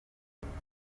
ntabwo